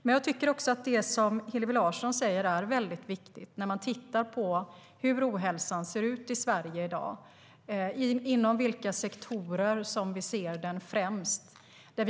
Men jag tycker också att det är väldigt viktigt, det som Hillevi Larsson säger om hur ohälsan i Sverige ser ut i dag och inom vilka sektorer vi främst ser den.